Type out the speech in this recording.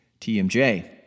TMJ